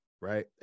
Right